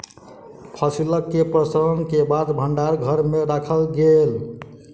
फसिल के प्रसंस्करण के बाद भण्डार घर में राखल गेल